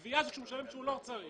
גבייה זה כשהוא משלם כשהוא לא צריך.